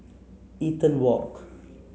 Eaton Walk